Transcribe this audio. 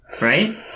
right